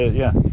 yeah.